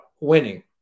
winning